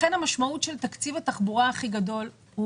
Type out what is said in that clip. המשמעות של תקציב התחבורה הכי גדול הוא